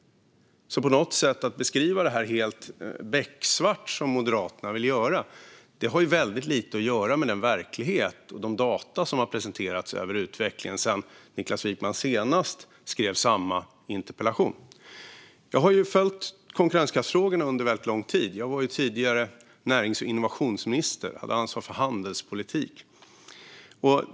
Att beskriva detta som helt becksvart, som Moderaterna vill göra, har väldigt lite att göra med verkligheten och med de data som har presenterats när det gäller utvecklingen sedan Niklas Wykman senast skrev samma interpellation. Jag har följt konkurrenskraftsfrågorna under väldigt lång tid; jag var ju tidigare närings och innovationsminister och hade ansvar för handelspolitik.